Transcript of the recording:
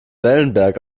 wellenberg